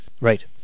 right